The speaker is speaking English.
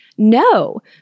No